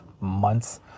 months